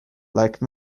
like